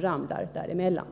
ramlar däremellan.